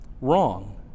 wrong